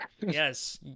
Yes